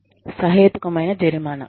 సహేతుకమైన జరిమానా